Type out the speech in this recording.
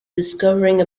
discovering